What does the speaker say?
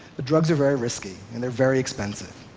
the drugs are very risky, and they're very expensive.